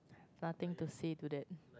nothing to say to that